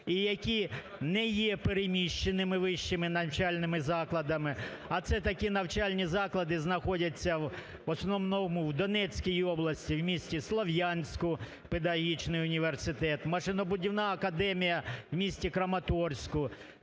і які не є переміщеними вищими навчальними закладами, а це такі навчальні заклади знаходяться, в основному, в Донецькій області, у місті Слов'янську – педагогічний університет, машинобудівна академія у місті Краматорську,